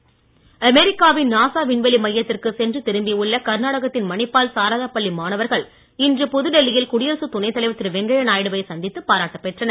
சந்திப்பு அமெரிக்காவின் நாசா விண்வெளி மையத்திற்கு சென்று திரும்பி உள்ள கர்நாடகத்தின் மணிப்பால் சாரதா பள்ளி மாணவர்கள் இன்று புதுடெல்லியில் குடியரசு துணைத் தலைவர் திரு வெங்கையநாயுடுவை சந்தித்து பாராட்டு பெற்றனர்